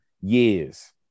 years